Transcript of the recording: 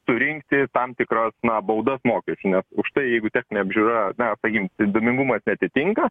surinkti tam tikras na baudas mokesčių nes už tai jeigu techninė apžiūra na sakykim ten dūmingumas neatitinka